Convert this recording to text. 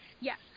Yes